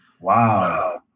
Wow